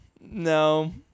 No